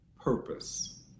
purpose